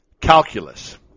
calculus